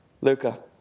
Luca